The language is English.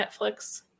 netflix